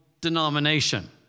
denomination